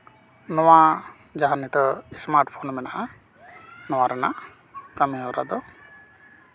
ᱱᱚᱣᱟ ᱡᱟᱦᱟᱸ ᱱᱤᱛᱳᱜ ᱥᱢᱟᱨᱴ ᱯᱷᱳᱱ ᱢᱮᱱᱟᱜᱼᱟ ᱱᱚᱣᱟ ᱨᱮᱱᱟᱜ ᱠᱟᱹᱢᱤ ᱦᱚᱨᱟ ᱫᱚ